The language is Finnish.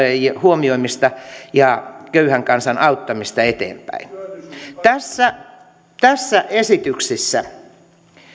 huomioimista ja köyhän kansan auttamista eteenpäin tässä tässä esityksessä